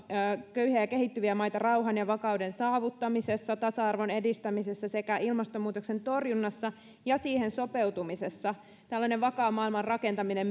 köyhiä ja kehittyviä maita rauhan ja vakauden saavuttamisessa tasa arvon edistämisessä sekä ilmastonmuutoksen torjunnassa ja siihen sopeutumisessa tällainen vakaan maailman rakentaminen